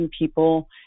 people